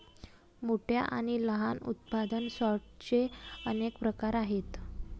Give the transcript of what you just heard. मोठ्या आणि लहान उत्पादन सॉर्टर्सचे अनेक प्रकार आहेत